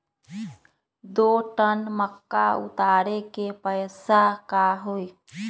दो टन मक्का उतारे के पैसा का होई?